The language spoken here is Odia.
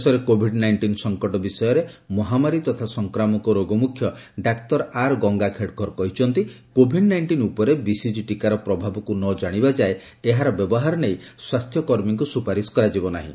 ଦେଶରେ କୋଭିଡ୍ ନାଇଷ୍ଟିନ୍ ସଙ୍କଟ ବିଷୟରେ ମହାମାରୀ ତଥା ସଂକ୍ରାମକ ରୋଗ ମୁଖ୍ୟ ଡାକ୍ତର ଆର୍ ଗଙ୍ଗା ଖେଡ୍କର କହିଛନ୍ତି କୋଭିଡ୍ ନାଇଷ୍ଟିନ୍ ଉପରେ ବିସିଜି ଟୀକାର ପ୍ରଭାବକୁ ନ ଜାଶିବା ଯାଏ ଏହାର ବ୍ୟବହାର ନେଇ ସ୍ୱାସ୍ଥ୍ୟ କର୍ମୀଙ୍କୁ ସୁପାରିସ କରାଯିବ ନାହିଁ